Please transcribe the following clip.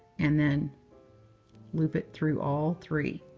and then loop it through all three.